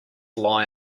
lie